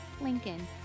Lincoln